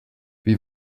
wie